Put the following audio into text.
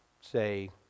say